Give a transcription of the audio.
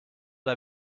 der